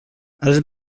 els